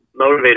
motivator